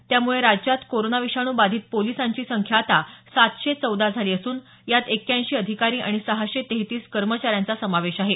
त्यामुळे राज्यात कोरोना विषाणू बाधित पोलिसांची संख्या आता सातशे चौदा झाली असून यात एक्क्याऐंशी अधिकारी आणि सहाशे तेहतीस कर्मचाऱ्यांचा समावेश आहे